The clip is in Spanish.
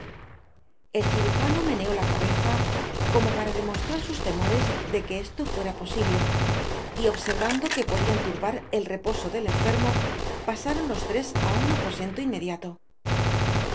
el cirujano meneó la cabeza como para demostrar sus temores de que esto fuera posible y observando que podian turbar el reposo del enfermo pasaron jos tres á un aposento inmediato